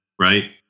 right